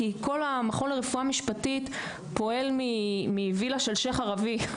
כי כל המכון לרפואה משפטית פועל מווילה של שיח' ערבי.